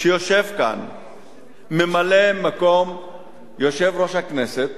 שיושב כאן ממלא-מקום יושב-ראש הכנסת,